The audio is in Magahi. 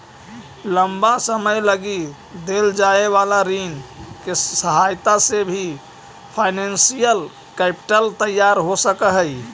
लंबा समय लगी देल जाए वाला ऋण के सहायता से भी फाइनेंशियल कैपिटल तैयार हो सकऽ हई